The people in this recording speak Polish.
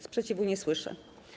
Sprzeciwu nie słyszę.